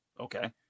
Okay